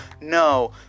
No